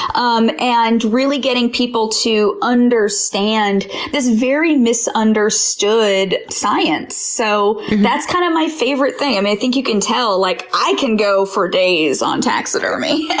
um and really getting people to understand this very misunderstood science. so that's kinda kind of my favorite thing. i mean, i think you can tell like i can go for days on taxidermy. yeah